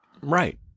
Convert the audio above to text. Right